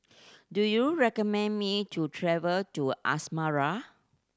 do you recommend me to travel to Asmara